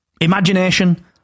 Imagination